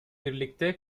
birlikte